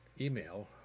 email